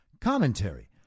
Commentary